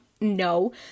no